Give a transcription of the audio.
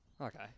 okay